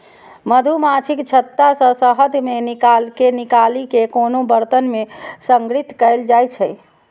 मछुमाछीक छत्ता सं शहद कें निकालि कें कोनो बरतन मे संग्रहीत कैल जाइ छै